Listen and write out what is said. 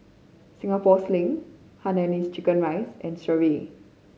Singapore Sling Hainanese Chicken Rice and Sireh